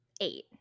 Eight